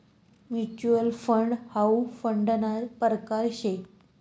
mutual fund हाउ फंडना परकार शे